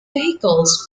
vehicles